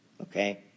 Okay